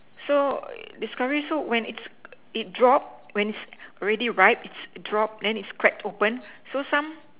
so discovery so when it it drop when its already ripe its dropped then its cracked open so some